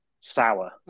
sour